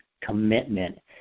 commitment